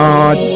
God